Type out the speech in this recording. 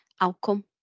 outcome